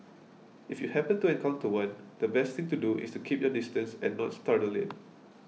if you happen to encounter one the best thing to do is to keep your distance and not startle it